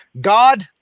God